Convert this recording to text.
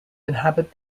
inhabit